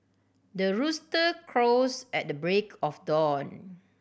the rooster crows at break of dawn